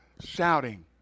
shouting